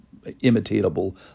imitatable